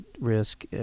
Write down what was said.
risk